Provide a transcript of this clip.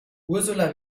ursula